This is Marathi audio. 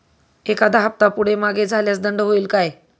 एखादा हफ्ता पुढे मागे झाल्यास दंड होईल काय?